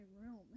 room